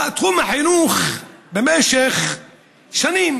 בתחום החינוך, במשך שנים